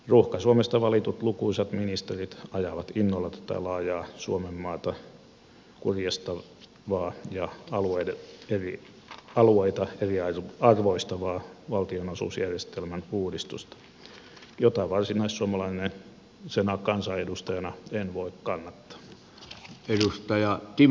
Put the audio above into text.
ruuhka suomesta valitut lukuisat ministerit ajavat innolla tätä laajaa suomenmaata kurjistavaa ja alueita eriarvoistavaa valtionosuusjärjestelmän uudistusta jota varsinaissuomalaisena kansanedustajana en voi kannattaa